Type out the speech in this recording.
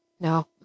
No